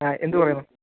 ആ എന്ത് പറയുന്നു